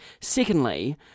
Secondly